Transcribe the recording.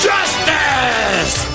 Justice